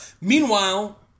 Meanwhile